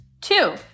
Two